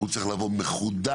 הוא צריך לבוא מחודד,